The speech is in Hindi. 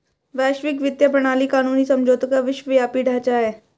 वैश्विक वित्तीय प्रणाली कानूनी समझौतों का विश्वव्यापी ढांचा है